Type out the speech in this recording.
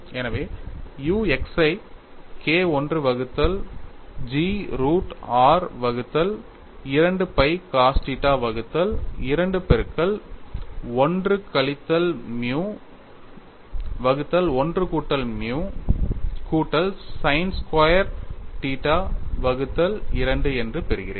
எனவே u x ஐ K I வகுத்தல் G ரூட் r வகுத்தல் 2 pi cos θ வகுத்தல் 2 பெருக்கல் 1 கழித்தல் மியூ வகுத்தல் 1 கூட்டல் மியூ கூட்டல் sin ஸ்கொயர் θ வகுத்தல் 2 என்று பெறுகிறேன்